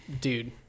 dude